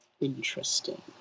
Interesting